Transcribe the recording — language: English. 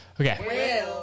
okay